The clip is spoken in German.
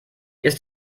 ist